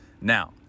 Now